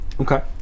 okay